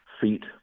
feet